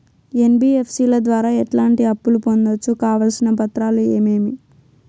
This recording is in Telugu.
ఎన్.బి.ఎఫ్.సి ల ద్వారా ఎట్లాంటి అప్పులు పొందొచ్చు? కావాల్సిన పత్రాలు ఏమేమి?